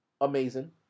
amazing